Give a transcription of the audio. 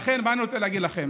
לכן, מה אני רוצה להגיד לכם?